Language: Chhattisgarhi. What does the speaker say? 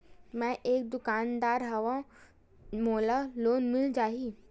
मै एक दुकानदार हवय मोला लोन मिल जाही?